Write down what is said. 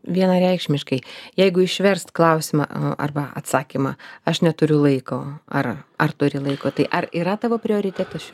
vienareikšmiškai jeigu išverst klausimą arba atsakymą aš neturiu laiko ar ar turi laiko tai ar yra tavo prioritetas